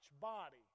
body